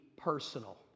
personal